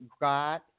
God